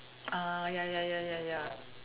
uh ya ya ya ya ya